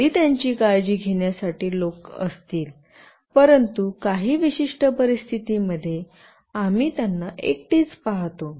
जरी त्यांची काळजी घेण्यासाठी लोक असतील परंतु काही विशिष्ट परिस्थितींमध्ये आम्ही त्याना एकटेच पाहतो